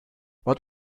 what